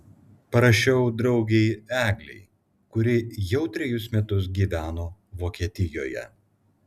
parašiau draugei eglei kuri jau trejus metus gyveno vokietijoje